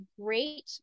great